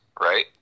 right